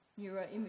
Neuroimaging